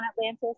atlantis